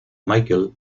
michael